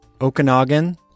Okanagan